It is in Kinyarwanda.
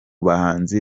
bahanzi